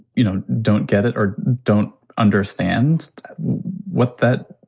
you know, don't get it or don't understand what that,